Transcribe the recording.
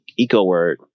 EcoWord